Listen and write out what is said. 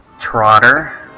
Trotter